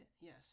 yes